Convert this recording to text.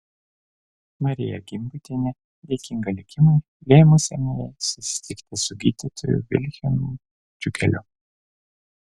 marija gimbutienė dėkinga likimui lėmusiam jai susitikti su gydytoju vilhelmu džiugeliu